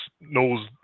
knows